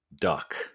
duck